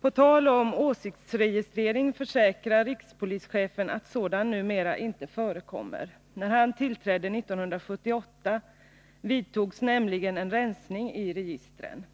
”På tal om åsiktsregistrering försäkrar rikspolischefen att sådant numera Anslag till särskild inte förekommer. När han tillträdde 1978 vidtogs nämligen en rensning i polisverksamhet m.m. «rTegistren.